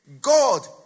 god